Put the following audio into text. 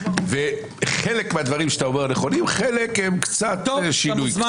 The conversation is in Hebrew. חלק מהדברים שאתה אומר נכונים וחלק קצת בשינוי,